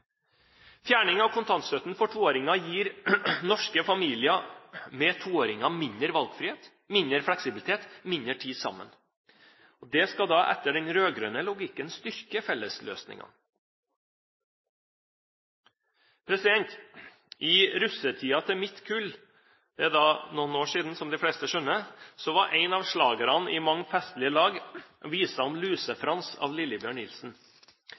Fjerning av kontantstøtten for toåringer gir norske familier med toåringer mindre valgfrihet, mindre fleksibilitet og mindre tid sammen. Det skal da etter den rød-grønne logikken styrke fellesløsningene. I russetiden til mitt kull – det er noen år siden, som de fleste skjønner – var én av slagerne i mange festlige lag visen om Luse-Frans av Lillebjørn Nilsen.